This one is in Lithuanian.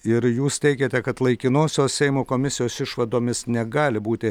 ir jūs teigiate kad laikinosios seimo komisijos išvadomis negali būti